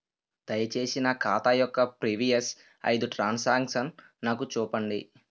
దయచేసి నా ఖాతా యొక్క ప్రీవియస్ ఐదు ట్రాన్ సాంక్షన్ నాకు చూపండి